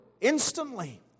instantly